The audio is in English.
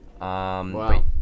wow